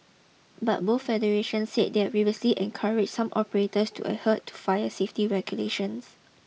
but both federation said they had previously encouraged some operators to adhere to fire safety regulations